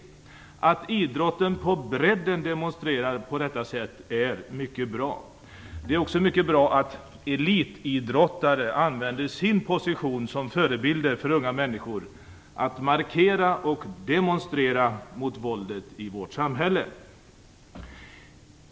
Att idrotten på bredden demonstrerar på detta sätt är mycket bra. Det är också mycket bra att elitidrottare använder sin position som förebild för unga människor till att markera och demonstrera mot våldet i vårt samhälle.